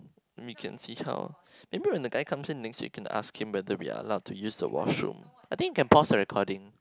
we can see how maybe when the guy comes in next week can ask him whether we are allowed to use the washroom I think can pause the recording